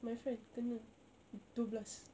my friend kena dua belas